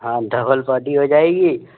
हाँ double party हो जाएगी